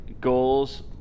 goals